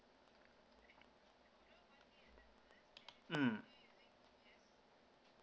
mm